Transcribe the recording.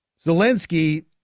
Zelensky